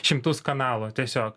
šimtus kanalų tiesiog